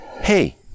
hey